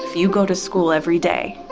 you go to school every day,